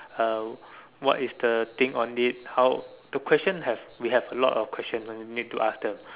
uh what is the thing on it how the question have we have a lot of questions one need to ask them